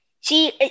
See